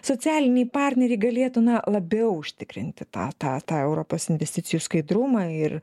socialiniai partneriai galėtų na labiau užtikrinti tą tą tą europos investicijų skaidrumą ir